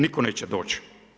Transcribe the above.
Nitko neće doći.